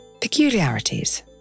peculiarities